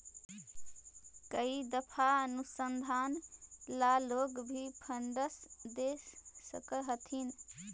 कई दफा अनुसंधान ला लोग भी फंडस दे सकअ हथीन